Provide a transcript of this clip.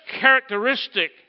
characteristic